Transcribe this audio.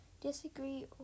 disagree